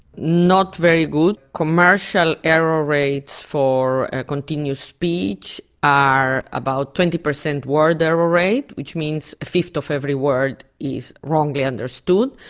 not very good. commercial error rates for continuous speech are about twenty percent word error rates, which means a fifth of every word is wrongly understood.